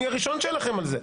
אני הראשון שאלחם על זה.